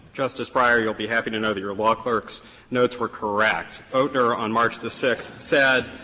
justice breyer, you'll be happy to note that your law clerk's notes were correct. boatner on march the sixth said,